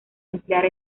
emplear